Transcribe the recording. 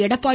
Edappadi